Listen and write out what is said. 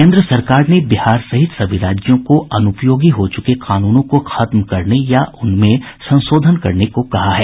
केन्द्र सरकार ने बिहार सहित सभी राज्यों को अनुपयोगी हो चुके कानूनों को खत्म करने या उनमें संशोधन करने को कहा है